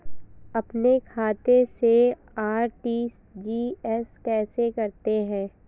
अपने खाते से आर.टी.जी.एस कैसे करते हैं?